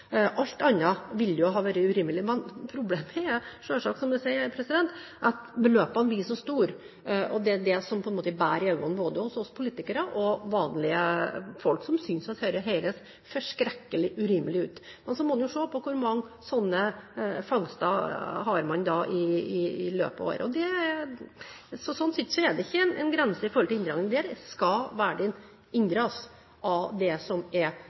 Alt annet ville ha vært urimelig. Men problemet er selvsagt, som jeg sier, at beløpene blir så store, og det er det som på en måte blir iøynefallende for oss politikere og vanlige folk, som synes dette høres forskrekkelig urimelig ut. Så må man se på hvor mange sånne fangster man har i løpet av året. Sånn sett er det ikke en grense for inndragning. Der skal verdiene av det som er